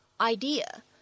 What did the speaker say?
idea